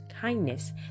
kindness